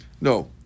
No